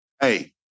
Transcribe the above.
Hey